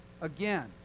again